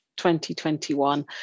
2021